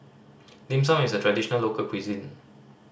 Dim Sum is a traditional local cuisine